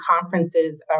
conferences